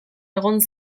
egon